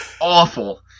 awful